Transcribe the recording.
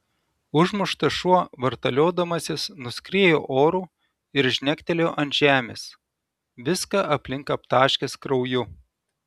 užmuštas šuo vartaliodamasis nuskriejo oru ir žnektelėjo ant žemės viską aplink aptaškęs krauju